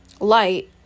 light